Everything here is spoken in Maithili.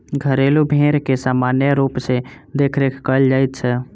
घरेलू भेंड़ के सामान्य रूप सॅ देखरेख कयल जाइत छै